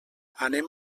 anem